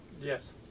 Yes